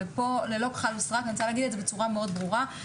ופה ללא כחל ושרק אני רוצה להגיד את זה בצורה מאוד ברורה.